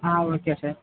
ah okay sir